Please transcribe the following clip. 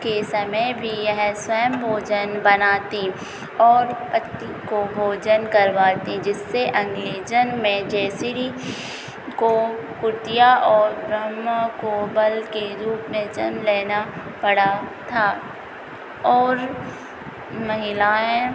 के समय भी यह स्वयम भोजन बनाती और पति को भोजन करवाती जिससे अंगले जन्म में जयश्री को कुतिया और ब्रह्मा को बल के रूप में जन्म लेना पड़ा था और महिलाएँ